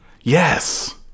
Yes